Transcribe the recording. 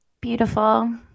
beautiful